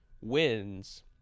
wins